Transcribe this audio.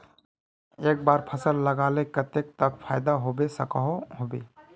एक बार फसल लगाले कतेक तक फायदा होबे सकोहो होबे?